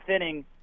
inning